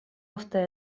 ofte